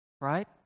right